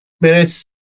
minutes